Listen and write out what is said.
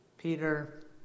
Peter